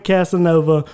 Casanova